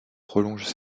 prolongent